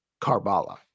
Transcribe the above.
Karbala